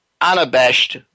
unabashed